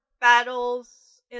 battles